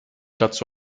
dazu